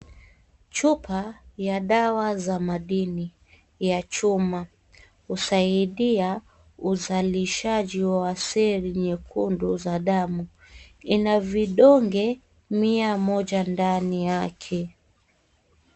Chupa ya dawa za madini ya chuma husaisdia uzalishaji wa seli nyekundu za damu, ina vidonge mia moja ndani yake.